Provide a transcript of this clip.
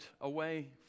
away